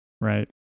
right